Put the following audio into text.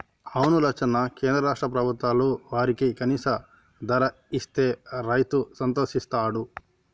అవును లచ్చన్న కేంద్ర రాష్ట్ర ప్రభుత్వాలు వారికి కనీస ధర ఇస్తే రైతు సంతోషిస్తాడు